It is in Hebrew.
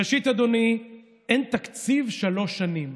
ראשית, אדוני, אין תקציב שלוש שנים,